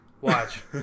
Watch